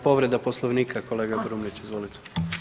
Povreda Poslovnika, kolega Brumnić izvolite.